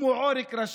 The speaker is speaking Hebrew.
כמו עורק ראשי,